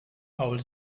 maul